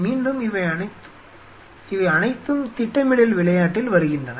மீண்டும் இவை அனைத்தும் திட்டமிடல் விளையாட்டில் வருகின்றன